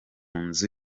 nzu